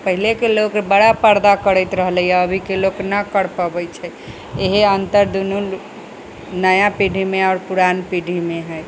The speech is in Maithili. पहिलेके लोकके बड़ा पर्दा करैत रहले हँ अभीके लोक नहि करि पाबै छै इएह अन्तर दूनू नया पीढ़ीमे आओर पुरान पीढ़ीमे हइ